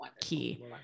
key